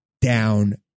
down